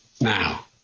now